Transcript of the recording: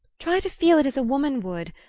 try to feel it as a woman would!